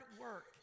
work